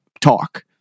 talk